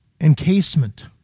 encasement